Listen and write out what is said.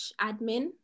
admin